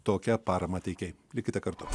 tokią paramą teikė likite kartu